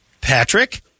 Patrick